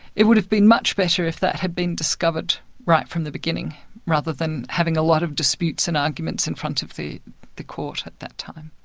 it would've been much better if that had been discovered right from the beginning rather than having a lot of disputes and arguments in front of the the court at that time.